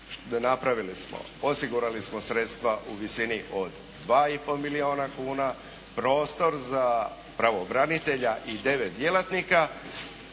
osigurali smo sredstva u visini od 2,5 milijuna kuna, prostor za pravobranitelja i 9 djelatnika,